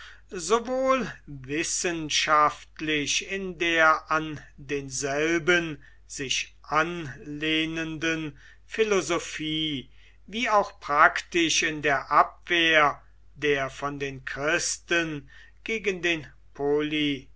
sowohl wissenschaftlich in der an denselben sich anlehnenden philosophie wie auch praktisch in der abwehr der von den christen gegen den polytheismus